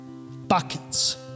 Buckets